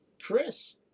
Chris